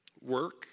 work